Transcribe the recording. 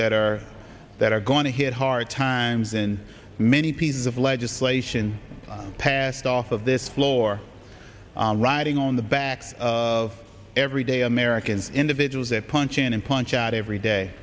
that are that are going to hit hard times in many pieces of legislation in the past off of this floor riding on the backs of everyday americans individuals that punch in and punch at every day